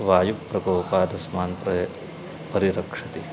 वायुप्रकोपात् अस्मान् प्रति परिरक्षति